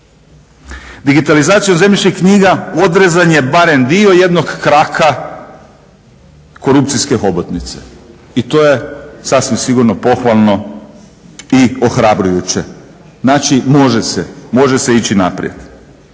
Digitalizacijom zemljišnih knjiga odrezan je barem dio jednog kraka korupcijske hobotnice. I to je sasvim sigurno pohvalno i ohrabrujuće. Znači, može se. Može se ići naprijed.